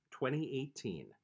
2018